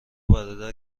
برادر